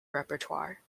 repertoire